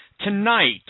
Tonight